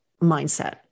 mindset